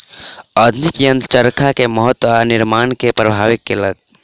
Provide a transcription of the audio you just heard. आधुनिक यंत्र चरखा के महत्त्व आ निर्माण के प्रभावित केलक